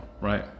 right